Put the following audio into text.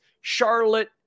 Charlotte